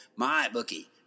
MyBookie